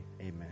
amen